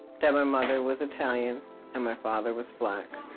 that my mother was italian and my father was black.